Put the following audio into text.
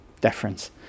difference